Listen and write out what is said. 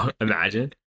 Imagine